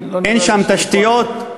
אין שם תשתיות,